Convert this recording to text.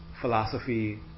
philosophy